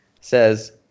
says